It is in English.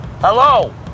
Hello